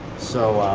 so